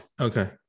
Okay